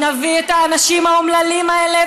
נביא את האנשים האומללים האלה,